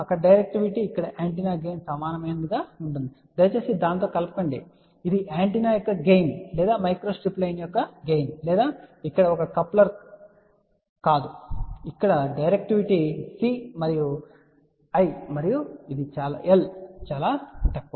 అక్కడ డైరెక్టివిటీ ఇక్కడ antenna gain సమానమైనదిగా ఉంటుంది దయచేసి దానితో కలపొద్దు ఇది యాంటెన్నా యొక్క గెయిన్ లేదా మైక్రోస్ట్రిప్ లైన్ యొక్క గెయిన్ లేదా ఇక్కడ ఒక కప్లర్ కాదు ఇక్కడ డైరెక్టివిటీ C మరియు I మరియు ఇది చాలా తక్కువ